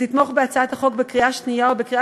ותתמוך בהצעת החוק בקריאה שנייה ובקריאה